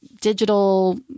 digital